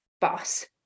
boss